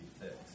fixed